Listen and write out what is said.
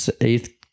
eighth